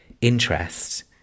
interest